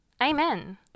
Amen